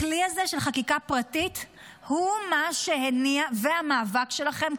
הכלי הזה של חקיקה פרטית והמאבק שלכם,